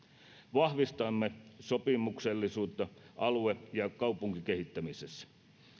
vahvistamme sopimuksellisuutta alue ja kaupunkikehittämisessä